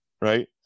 right